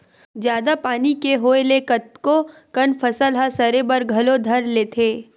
जादा पानी के होय ले कतको कन फसल ह सरे बर घलो धर लेथे